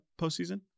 postseason